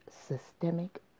systemic